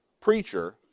preacher